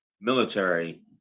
military